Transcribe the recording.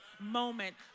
moment